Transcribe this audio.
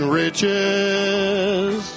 riches